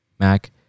mac